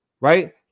right